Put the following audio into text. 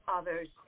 others